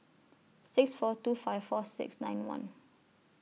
six four two five four six nine one